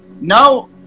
now